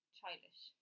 childish